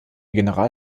general